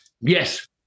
yes